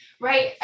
Right